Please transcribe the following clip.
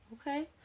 Okay